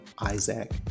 Isaac